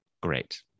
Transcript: Great